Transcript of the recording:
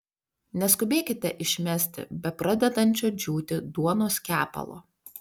neskubėkite išmesti bepradedančio džiūti duonos kepalo